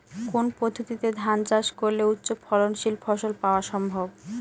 কোন পদ্ধতিতে ধান চাষ করলে উচ্চফলনশীল ফসল পাওয়া সম্ভব?